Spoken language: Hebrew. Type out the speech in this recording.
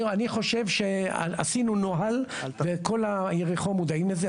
עשינו נוהל, וכל יריחו מודעים לזה.